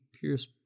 Pierce